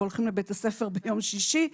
והולכים לבית-הספר ביום שישי,